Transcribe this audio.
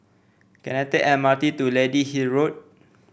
can I take M R T to Lady Hill Road